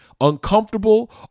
uncomfortable